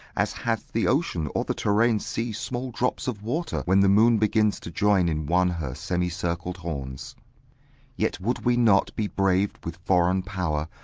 as hath the ocean or the terrene sea small drops of water when the moon begins to join in one her semicircled horns yet would we not be brav'd with foreign power,